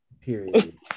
Period